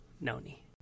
Noni